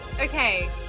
okay